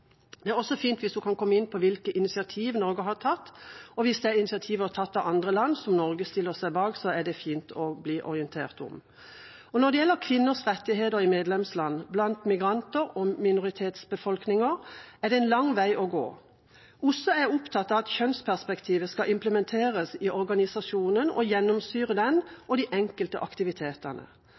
Det er også fint hvis hun kan komme inn på hvilke initiativ Norge har tatt, og hvis det er initiativer tatt av andre land som Norge stiller seg bak, er det fint å bli orientert om det. Når det gjelder kvinners rettigheter i medlemsland blant migranter og minoritetsbefolkninger, er det en lang vei å gå. OSSE er opptatt av at kjønnsperspektivet skal implementeres i organisasjonen og gjennomsyre den og de enkelte aktivitetene.